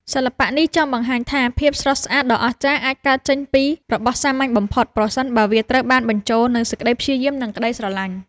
សិល្បៈនេះចង់បង្ហាញថា ភាពស្រស់ស្អាតដ៏អស្ចារ្យអាចកើតចេញពីរបស់សាមញ្ញបំផុត ប្រសិនបើវាត្រូវបានបញ្ចូលនូវសេចក្ដីព្យាយាម និងក្ដីស្រឡាញ់។